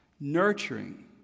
nurturing